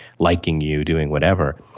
liking you, doing whatever,